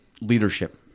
leadership